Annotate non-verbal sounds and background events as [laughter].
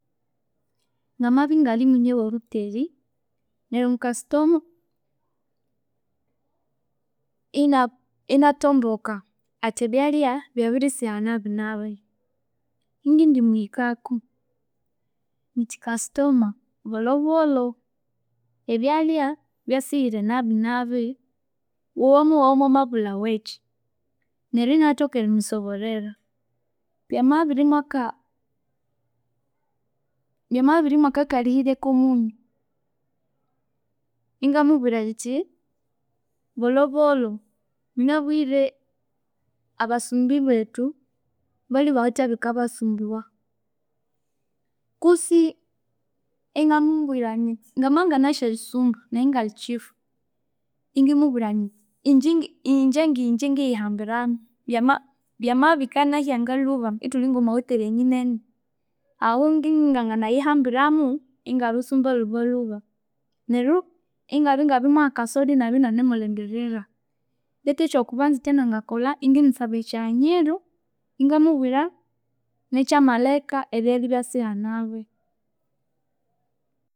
Ngamabya ingalhimunye wahutheri neryo omukasithoma, ina- inathoboka, athi ebyalya byabirisiha nabinabi, ingindi muhikaku indi kusaithoma bolhobolho ebyalya byasihire nabinabi, womowagha mwamabulhwawakyi neryo inathoka erimusoborera, byamabya ibirimwaka byamabya ebirimwakakalhihirya komunyu, inga mubwira nyithi bolhobolho munabire abasumbi bethu balhwe ibwitje ebikabasumbuwa kutsi inga mubwira nyithi ngamabya inganasi eritsumba, nayi ingalhi kyifu ingimubwira [hesitation] ingye ngigye ngiyihambiramu, byama byamabya bikanasya ngalhuba ithulhi ngomwa hutheri enyinene, ahu ngi nganganayihambiramu ingabutsumba lhubalhuba, neryo ingabya ngabirimuha aka soda inabya nanemulhindirira. Bethu ekyokubanza ekyanangakolha, ingi musaba ekyighanyiro inga mubwira nekyamalheka ebyalya ibyasiha nabi